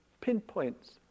pinpoints